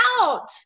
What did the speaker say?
out